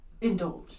indulge